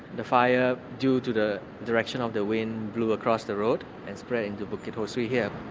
the fire, due to the direction of the wind, blew across the road and spread and to bukit ho swee here.